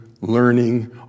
learning